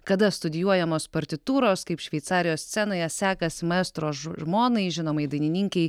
kada studijuojamos partitūros kaip šveicarijos scenoje sekasi maestro žmonai žinomai dainininkei